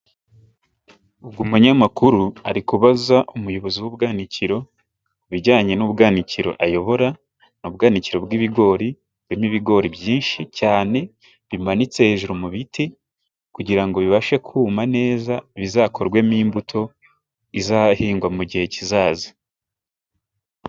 Ubwo umunyamakuru ari kubaza umuyobozi w'ubwanikiro, ibijyanye n'ubwanikiro ayobora. Ni ubwanikiro bw'ibigori birimo ibigori byinshi cyane, bimanitse hejuru mu biti kugira ngo bibashe kuma neza, bizakorwemo imbuto izahingwa mu gihe kizaza.